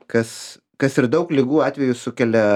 kas kas ir daug ligų atvejų sukelia